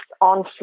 on